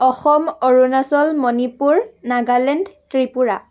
Assam Arunachal Manipur Nagaland Tripura